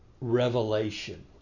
revelation